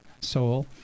soul